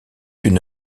une